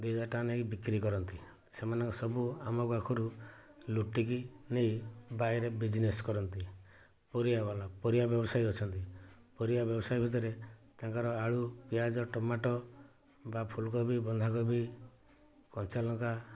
ଦୁଇ ହଜାର ଟଙ୍କା ନେଇକି ବିକ୍ରି କରନ୍ତି ସେମାନଙ୍କ ସବୁ ଆମ ପାଖରୁ ଲୁଟିକି ନେଇ ବାଇରେ ବିଜିନେସ କରନ୍ତି ପରିବା ବାଲା ପରିବା ବ୍ୟବସାୟୀ ଅଛନ୍ତି ପାରିବା ବ୍ୟବସାୟୀ ଭିତରେ ତାଙ୍କର ଆଳୁ ପିଆଜ ଟମାଟ ବା ଫୁଲକୋବି ବନ୍ଧାକୋବି କଞ୍ଚାଲଙ୍କା